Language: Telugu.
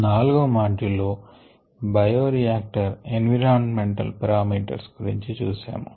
4వ మాడ్యూల్ లో బయోరియాక్టర్ ఎన్విరాన్మెంటల్ పారామీటర్స్ గురించి చూశాము